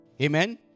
Amen